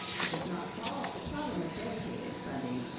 it does not solve the problem of dedicated funding,